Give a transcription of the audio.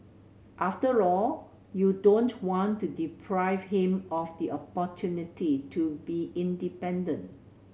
after all you don't want to deprive him of the opportunity to be independent